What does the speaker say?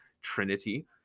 trinity